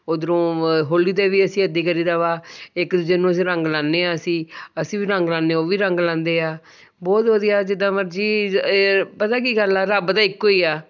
ਉਧਰੋਂ ਹੋਲੀ 'ਤੇ ਵੀ ਅਸੀਂ ਐਦੀ ਕਰੀਦਾ ਵਾ ਇੱਕ ਦੂਜੇ ਨੂੰ ਅਸੀਂ ਰੰਗ ਲਾਂਨੇ ਆ ਅਸੀਂ ਅਸੀਂ ਵੀ ਰੰਗ ਲਾਂਨੇ ਉਹ ਵੀ ਰੰਗ ਲਾਂਦੇ ਆ ਬਹੁਤ ਵਧੀਆ ਜਿੱਦਾਂ ਮਰਜ਼ੀ ਪਤਾ ਕੀ ਗੱਲ ਆ ਰੱਬ ਤਾਂ ਇੱਕੋ ਹੀ ਆ